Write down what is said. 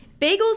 Bagels